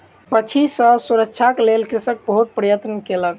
पक्षी सॅ सुरक्षाक लेल कृषक बहुत प्रयत्न कयलक